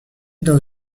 dans